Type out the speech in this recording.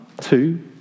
two